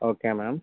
okay ma'am